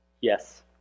yes